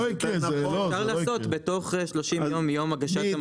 אפשר לעשות בתוך 30 יום מיום הגשת המסקנות.